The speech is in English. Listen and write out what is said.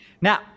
Now